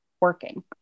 working